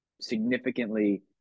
significantly